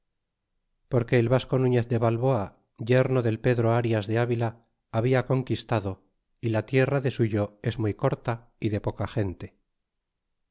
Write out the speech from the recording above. porque el vasco nuñez de balboa yerno del pedro arias de avila habla conquistado y la tierra de suyo es muy corta y de poca gente